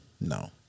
no